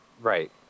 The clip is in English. Right